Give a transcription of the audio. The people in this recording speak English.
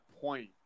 point